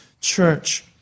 church